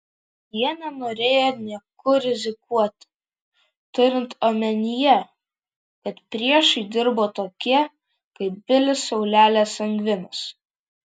jie nenorėjo niekuo rizikuoti turint omenyje kad priešui dirbo tokie kaip bilis saulelė sangvinas